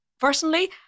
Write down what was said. personally